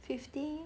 fifty